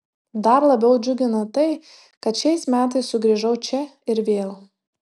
dar labiau džiugina tai kad šiais metais sugrįžau čia ir vėl